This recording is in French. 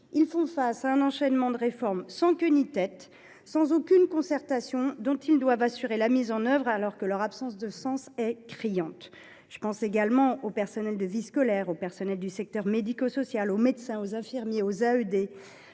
Elles font face à un enchaînement de réformes sans queue ni tête, décidées sans aucune concertation, dont elles doivent assurer la mise en œuvre, alors que leur absence de sens est criante. Je pense également aux personnels de vie scolaire ou du secteur médico social, aux médecins, aux infirmiers, aux